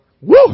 Woo